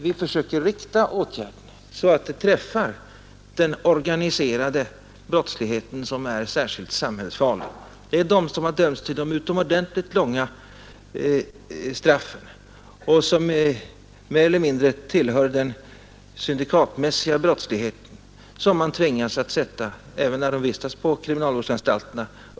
Vi försöker rikta åtgärderna så att de träffar den organiserade särskilt samhällsfarliga brottsligheten. Det är de som har dömts till mycket långa straff och som mer eller mindre tillhör den syndikatmässiga brottsligheten som man tvingas att sätta under skärpt övervakning när de vistas på kriminalvårdsanstalterna.